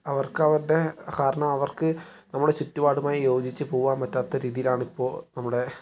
അവർക്ക് അവർടെ കാരണം അവർക്ക് നമ്മുടെ ചുറ്റുപാടുമായി യോജിച്ച് പോവാൻ പറ്റാത്ത രീതിയിലാണ് ഇപ്പോൾ നമ്മുടെ